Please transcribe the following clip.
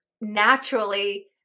naturally